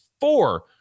four